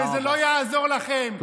זה לא יעזור לכם,